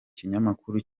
kinyamakuru